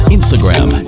Instagram